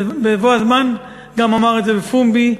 בבוא הזמן גם אומר את זה בפומבי.